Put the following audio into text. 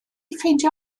ffeindio